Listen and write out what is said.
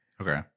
okay